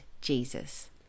Jesus